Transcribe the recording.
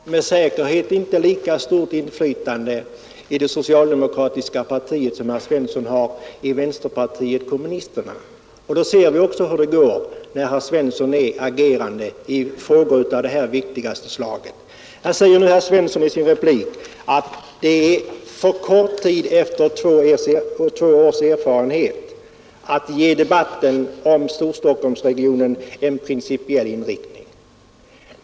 Fru talman! Jag har med säkerhet inte lika stort inflytande i det socialdemokratiska partiet som herr Svensson i Malmö har i vänsterpartiet kommunisterna, och då ser vi också hur det går när herr Svensson är agerande i frågor av det här viktiga slaget. Här säger nu herr Svensson i sin replik att två års erfarenhet är för kort tid för att ge debatten om Storstockholmsregionen en principiell inriktning.